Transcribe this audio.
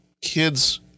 kids